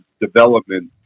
development